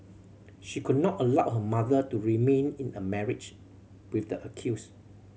she could not allow her mother to remain in a marriage with the accused